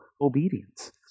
obedience